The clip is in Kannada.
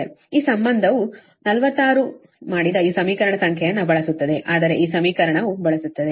ಈ ಸಂಬಂಧವು 46 ಮಾಡಿದ ಈ ಸಮೀಕರಣ ಸಂಖ್ಯೆಯನ್ನು ಬಳಸುತ್ತದೆ ಆದರೆ ಈ ಸಮೀಕರಣವು ಬಳಸುತ್ತದೆ